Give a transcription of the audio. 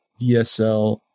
DSL